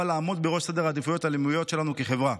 לעמוד בראש סדר העדיפויות הלאומיות שלנו כחברה.